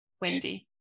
wendy